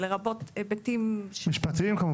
לרבות היבטים --- משפטיים כמובן.